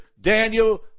Daniel